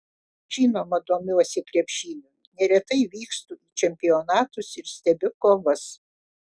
žinoma domiuosi krepšiniu neretai vykstu į čempionatus ir stebiu kovas